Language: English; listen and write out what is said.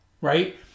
Right